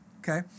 okay